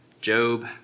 Job